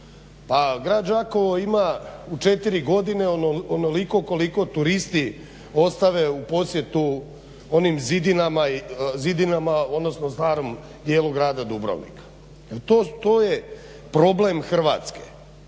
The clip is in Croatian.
Grad Đakovo ima u 4 godine onoliko koliko turisti ostave u posjetu onim zidinama, odnosno starom dijelu Grada Dubrovnika. To je problem Hrvatske,